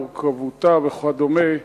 מורכבותה וכדומה,